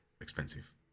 expensive